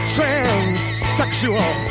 Transsexual